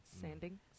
Sanding